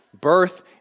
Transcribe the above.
birth